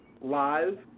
live